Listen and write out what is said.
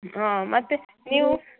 ಹಾಂ ಮತ್ತು ನೀವು